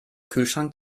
kühlschrank